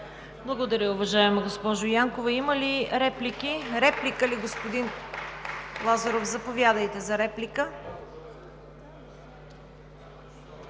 Благодаря, уважаема госпожо Янкова. Има ли реплики? Господин Лазаров, заповядайте за реплика.